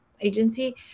Agency